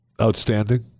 outstanding